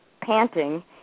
panting